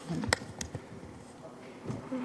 גברתי השרה,